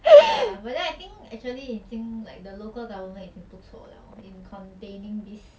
ya but then I think actually 已经 like the local government 已经不错 liao in containing this